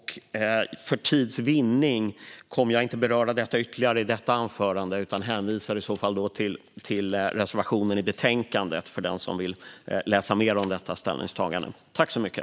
För tids vinnande kommer jag inte att beröra detta ytterligare i detta anförande; den som vill läsa mer om detta ställningstagande hänvisas till reservationen i betänkandet.